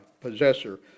possessor